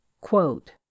Quote